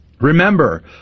remember